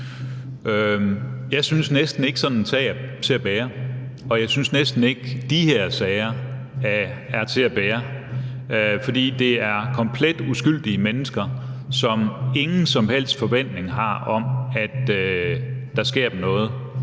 Jeg synes næsten ikke, sådan en sag er til at bære, og jeg synes næsten ikke, at de her sager er til at bære. For det er komplet uskyldige mennesker, som ingen som helst forventning har om, at der sker dem noget